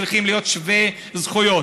וצריכים להיות שווי זכויות.